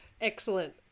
Excellent